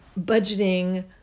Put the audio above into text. budgeting